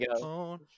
go